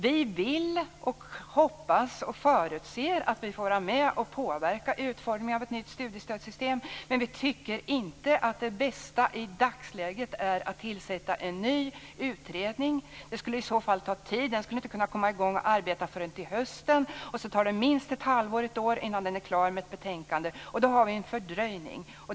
Vi vill, hoppas och förutser att vi får vara med och påverka utformningen av ett nytt studiestödssystem, men vi tycker inte att det bästa i dagsläget är att tillsätta en ny utredning. Det skulle i så fall ta tid. Den skulle inte kunna komma i gång och arbeta förrän till hösten, och så tar det minst ett halvår eller ett år innan den är klar med ett betänkande. Då har vi en fördröjning.